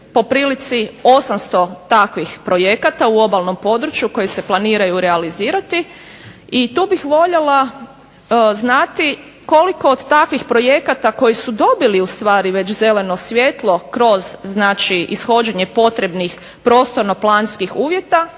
po prilici 800 takvih projekata u obalnom području koji se planiraju realizirati. I tu bih voljela znati koliko od takvih projekata koji su dobili u stvari već zeleno svjetlo kroz znači ishođenje potrebnih prostorno-planskih uvjeta